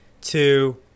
two